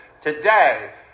today